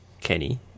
Kenny